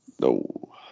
No